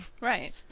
Right